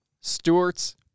Stewart's